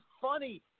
funny